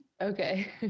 Okay